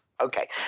Okay